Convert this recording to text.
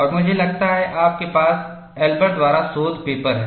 और मुझे लगता है आपके पास एल्बर द्वारा शोध पेपर है